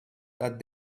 that